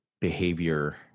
behavior